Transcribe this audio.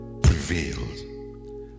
prevailed